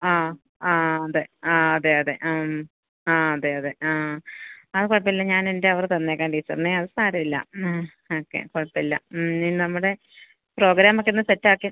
ആ ആ അതെ ആ അതെ അതെ ആ മ് ആ അതെ അതെ ആ അത് കുഴപ്പമില്ല ഞാനെന്റെ അവര് തന്നേക്കാം ടീച്ചറിന് അത് സാരമില്ല മ് ഓക്കെ കുഴപ്പമില്ല മ് ഇനി നമ്മുടെ പ്രോഗ്രാമൊക്കെയൊന്ന് സെറ്റാക്കി